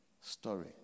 story